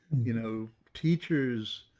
you know, teachers